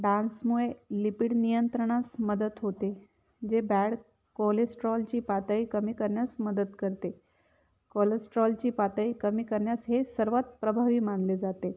डान्समुळे लिपिड नियंत्रणास मदत होते जे बॅड कोलेस्ट्रॉलची पातळी कमी करण्यास मदत करते कोलेस्ट्रॉलची पातळी कमी करण्यास हे सर्वात प्रभावी मानले जाते